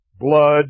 blood